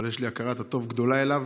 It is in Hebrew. אבל יש לי הכרת הטוב גדולה אליו,